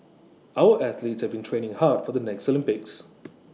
our athletes have been training hard for the next Olympics